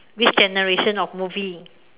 which generation of movie